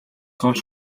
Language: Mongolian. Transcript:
хойш